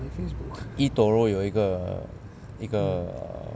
eToro 有一个一个